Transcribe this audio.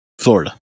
Florida